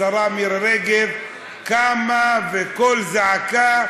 והשרה מירי רגב קמה בקול זעקה,